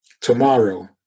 tomorrow